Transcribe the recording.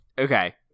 Okay